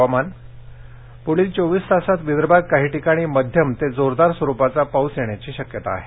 हवामान पुढील चोवीस तासात विदर्भात काही ठिकाणी मध्यम ते जोरदार स्वरुपाचा पाऊस येण्याची शक्यता आहे